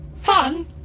Fun